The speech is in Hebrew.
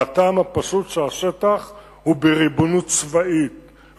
מהטעם הפשוט שהשטח הוא בריבונות צבאית,